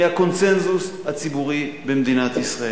לחלוטין מהקונסנזוס הציבורי במדינת ישראל.